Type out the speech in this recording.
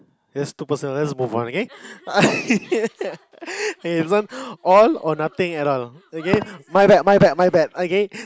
yes two person just both run okay he learn all or nothing at all okay my bad my bad my bad okay